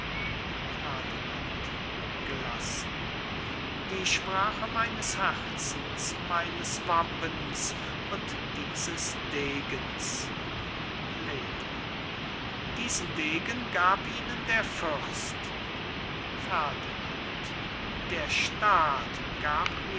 ferdinand gelassen die sprache meines herzens meines wappens und dieses degens lady diesen degen gab ihnen der fürst ferdinand der staat gab